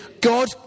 God